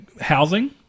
housing